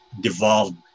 devolved